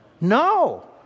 No